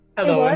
Hello